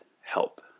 help